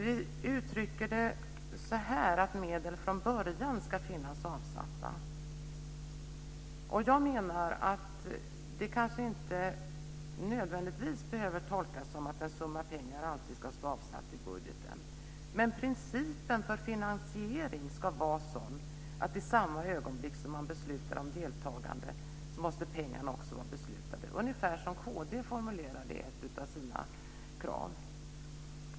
Vi uttrycker det så att medel ska finnas avsatta från början. Jag menar att det kanske inte nödvändigtvis behöver tolkas så att en summa pengar alltid ska finnas avsatt i budgeten. Principen för finansieringen ska vara sådan att i samma ögonblick som man beslutar om deltagande måste pengarna också vara beslutade, ungefär som kd formulerar det i ett av sina krav.